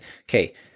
okay